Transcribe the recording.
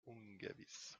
ungewiss